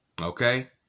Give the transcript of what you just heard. Okay